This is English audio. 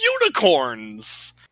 unicorns